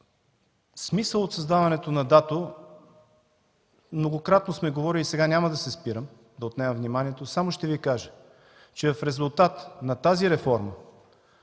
„Технически операции” многократно сме говорили – сега няма да се спирам да отнемам вниманието, само ще Ви кажа, че в резултат на тази реформа